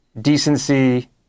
decency